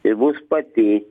ir bus pati